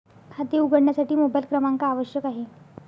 खाते उघडण्यासाठी मोबाइल क्रमांक आवश्यक आहे